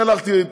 הלכתי,